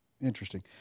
interesting